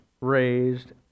raised